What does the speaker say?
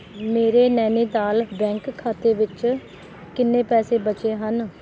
ਮੇਰੇ ਨੈਨੀਤਾਲ ਬੈਂਕ ਖਾਤੇ ਵਿੱਚ ਕਿੰਨੇ ਪੈਸੇ ਬਚੇ ਹਨ